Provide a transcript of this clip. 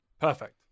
perfect